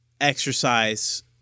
exercise